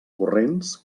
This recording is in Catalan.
corrents